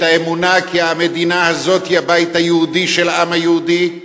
את האמונה כי המדינה הזאת היא הבית היהודי של העם היהודי.